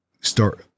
start